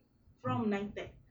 from NITEC